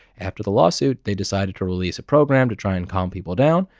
after the lawsuit they decided to release a program to try and calm people down.